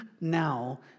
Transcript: now